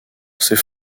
c’est